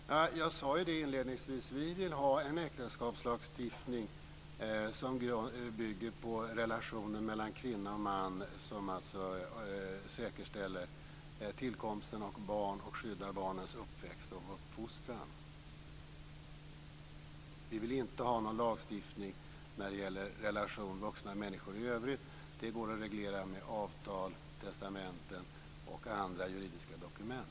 Fru talman! Som jag sade inledningsvis vill vi ha en äktenskapslagstiftning som bygger på relationen mellan kvinna och man, som alltså säkerställer tillkomsten av barn och skyddar barnens uppväxt och uppfostran. Vi vill inte ha en lagstiftning när det gäller relationer mellan vuxna människor i övrigt. Sådant går att reglera med avtal, testamenten och andra juridiska dokument.